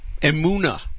emuna